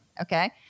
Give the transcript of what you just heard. Okay